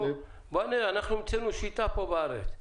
המצאנו שיטה פה בארץ,